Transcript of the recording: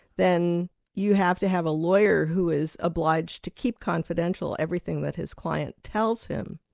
then you have to have a lawyer who is obliged to keep confidential everything that his client tells him.